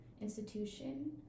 institution